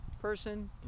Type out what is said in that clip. person